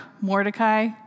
Mordecai